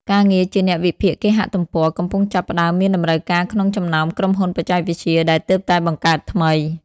ការងារជាអ្នកវិភាគគេហទំព័រ កំពុងចាប់ផ្តើមមានតម្រូវការក្នុងចំណោមក្រុមហ៊ុនបច្ចេកវិទ្យាដែលទើបតែបង្កើតថ្មី ។